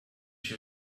you